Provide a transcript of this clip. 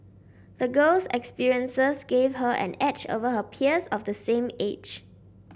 the girl's experiences gave her an edge over her peers of the same age